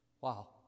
Wow